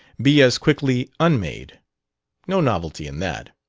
be as quickly unmade no novelty in that.